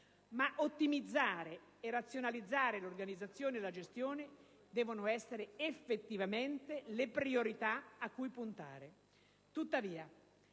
Ottimizzare e razionalizzare l'organizzazione e la gestione devono essere effettivamente le priorità cui puntare;